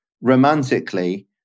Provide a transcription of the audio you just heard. romantically